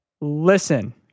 listen